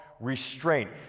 Restraint